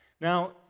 Now